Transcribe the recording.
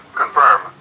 confirm